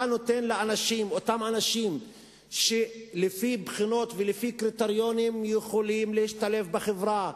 אתה נותן לאותם אנשים שלפי בחינות ולפי קריטריונים יכולים להשתלב בחברה,